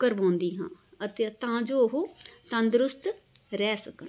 ਕਰਵਾਉਂਦੀ ਹਾਂ ਅਤੇ ਤਾਂ ਜੋ ਉਹ ਤੰਦਰੁਸਤ ਰਹਿ ਸਕਣ